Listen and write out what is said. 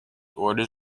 orders